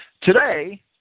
Today